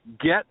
Get